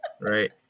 right